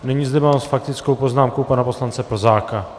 Nyní zde mám s faktickou poznámkou pana poslance Plzáka.